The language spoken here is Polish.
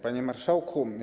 Panie Marszałku!